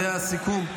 זה הסיכום?